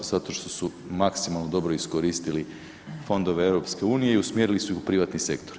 Zato što su maksimalno dobro iskoristili fondove EU i usmjerili su ih u privatni sektor.